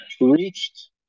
reached